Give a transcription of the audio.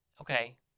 okay